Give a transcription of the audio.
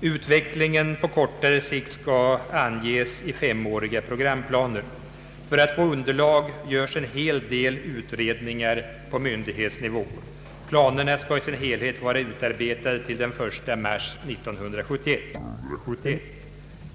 Utvecklingen på kortare sikt skall anges med femåriga programplaner. För att få underlag görs en hel del utredningar på myndighetsnivå. Planerna skall i sin helhet vara utarbetade till den 1 mars 1971.